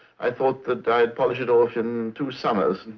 i thought that i'd polish it off in two summers.